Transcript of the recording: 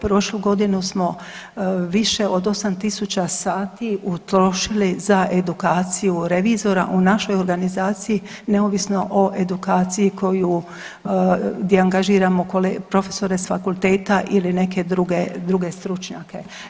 Prošlu godinu smo više od 8000 sati utrošili za edukaciju revizora u našoj organizaciji neovisno o edukaciji koju, gdje angažiramo profesore sa fakulteta ili neke druge stručnjake.